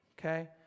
Okay